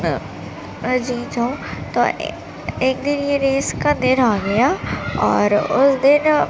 میں جیت جاؤں تو ایک دن یہ ریس کا دن آ گیا اور اس دن